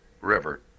River